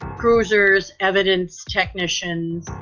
cruisers, evidence technicians.